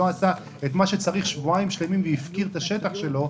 עשה את מה שצריך שבועיים שלמים והפקיר את השטח שלו,